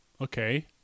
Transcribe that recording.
Okay